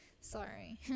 sorry